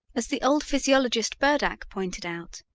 as the old physiologist burdach pointed out,